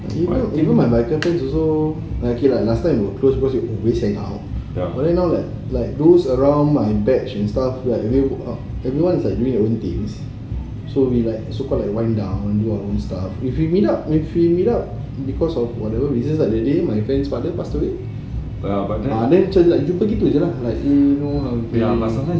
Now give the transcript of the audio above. even my friends also okay lah last time we were closed always hang out but then now like those around my batch and stuff everyone is like doing their own things so we like so we like one down do our own stuff if we meet up we meet up because of whatever reason on that day my friend's father passed away then macam like jumpa gitu jer lah like you know